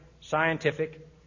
scientific